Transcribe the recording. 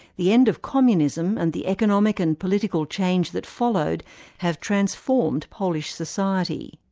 the end of communism and the economic and political change that followed has transformed polish society.